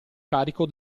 carico